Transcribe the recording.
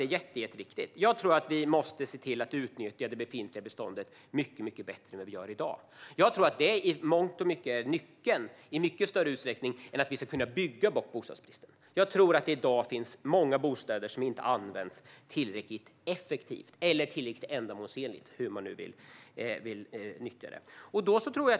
Det är jätteviktigt. Vi måste se till att utnyttja det befintliga beståndet mycket bättre än vad vi gör i dag. Det är i mångt och mycket nyckeln i mycket större utsträckning än att vi ska kunna bygga bort bostadsbristen. Jag tror att det i dag finns många bostäder som inte används tillräckligt effektivt eller ändamålsenligt, hur man nu vill nyttja dem.